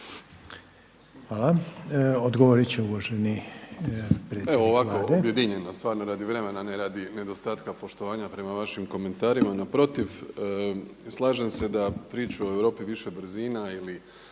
Hvala. Odgovorit će uvaženi predsjednik Vlade. **Plenković, Andrej (HDZ)** Evo ovako objedinjeno stvarno radi vremena, ne radi nedostatka poštovanja prema vašim komentarima. Naprotiv, slažem se da priču o Europi više brzina ili